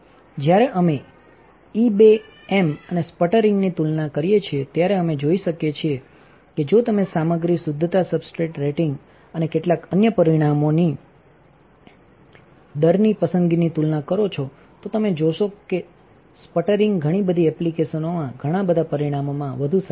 જ્યારે અમે e beam અને સ્પટરિંગનીતુલના કરીએ છીએ ત્યારે અમેજોઈ શકીએ છીએ કે જો તમે સામગ્રી શુદ્ધતા સબસ્ટ્રેટ રેટિંગ અને કેટલાક અન્ય પરિમાણોની દરની પસંદગીની તુલના કરો છો તો તમે જોશો કે સ્પ applicationsટરિંગ ઘણી બધી એપ્લિકેશનોમાં ઘણા બધા પરિમાણોમાં વધુ સારી છે